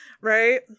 right